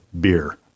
beer